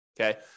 Okay